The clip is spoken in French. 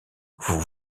vous